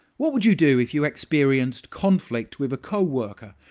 what would you do if you experienced conflict with a coworker?